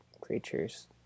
creatures